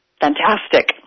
fantastic